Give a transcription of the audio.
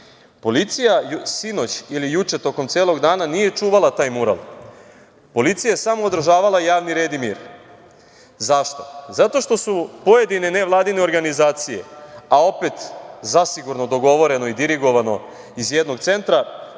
policija sinoć ili juče tokom celog dana nije čuvala taj mural, policija je samo održavala javni red i mir. Zašto? Zato što su pojedine nevladine organizacije, a opet zasigurno dogovoreno i dirigovano iz jednog centra,